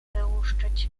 wyłuszczyć